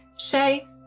Shay